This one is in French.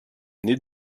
nez